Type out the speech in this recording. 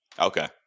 Okay